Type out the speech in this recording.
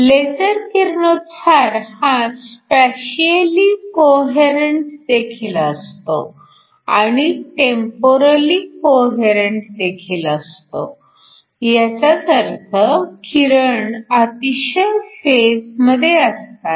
laser किरणोत्सार हा spatially coherent देखील असतो आणि टेम्पोरली कोहेरन्ट देखील असतो ह्याचाच अर्थ किरण अतिशय फेजमध्ये असतात